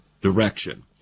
direction